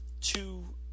two